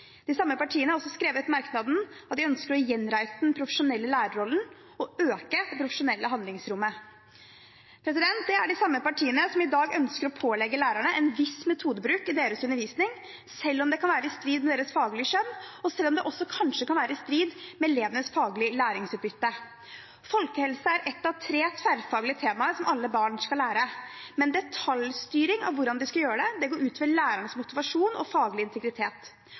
De samme partiene har også skrevet en merknad om at de ønsker å gjenreise den profesjonelle lærerrollen og øke det profesjonelle handlingsrommet. Det er de samme partiene som i dag ønsker å pålegge lærerne en viss metodebruk i deres undervisning, selv om det kan være i strid med deres faglige skjønn, og selv om det også kanskje kan være i strid med elevenes faglige læringsutbytte. Folkehelse er ett av tre tverrfaglige temaer som alle barn skal lære om, men detaljstyring av hvordan det skal gjøres, går ut over lærernes motivasjon og deres faglige integritet.